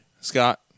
Scott